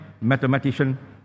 mathematician